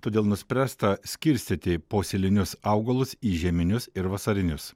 todėl nuspręsta skirstyti posėlinius augalus į žieminius ir vasarinius